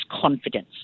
confidence